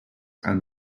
and